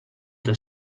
the